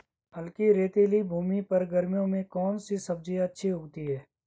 हल्की रेतीली भूमि पर गर्मियों में कौन सी सब्जी अच्छी उगती है?